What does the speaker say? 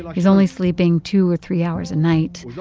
he's only sleeping two or three hours a night.